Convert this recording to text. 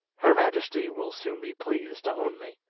her majesty will soon be pleased to own me